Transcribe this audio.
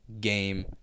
game